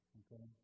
okay